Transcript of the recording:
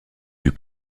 fut